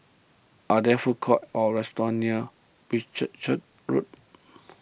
are there food courts or restaurants near Whitchurch Road